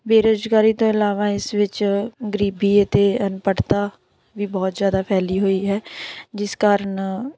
ਬੇਰੁਜ਼ਗਾਰੀ ਤੋਂ ਇਲਾਵਾ ਇਸ ਵਿੱਚ ਗਰੀਬੀ ਅਤੇ ਅਨਪੜ੍ਹਤਾ ਵੀ ਬਹੁਤ ਜ਼ਿਆਦਾ ਫੈਲੀ ਹੋਈ ਹੈ ਜਿਸ ਕਾਰਣ